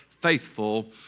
Faithful